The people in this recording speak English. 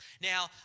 Now